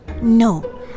No